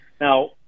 Now